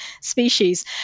species